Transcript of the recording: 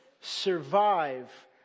survive